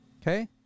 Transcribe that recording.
Okay